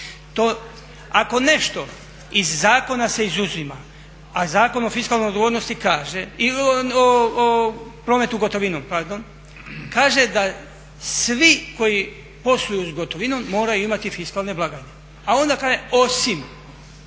Ako nešto iz zakona se izuzima, a Zakon o fiskalnoj odgovornosti kaže, o prometu gotovinom pardon, kaže da svi koji posluju s gotovinom moraju imati fiskalne blagajne, a onda kaže osim.